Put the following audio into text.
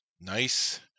Nice